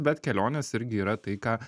bet kelionės irgi yra tai ką